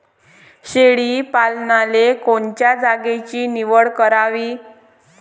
शेळी पालनाले कोनच्या जागेची निवड करावी?